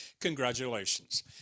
congratulations